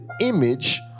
image